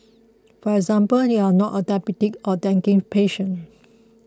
for example you are not a diabetic or dengue patient